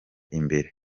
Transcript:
imbere